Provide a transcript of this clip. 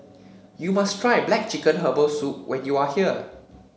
you must try black chicken Herbal Soup when you are here